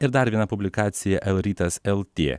ir dar viena publikacija elrytas lt